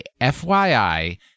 FYI